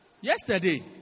Yesterday